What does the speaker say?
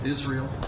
Israel